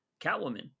catwoman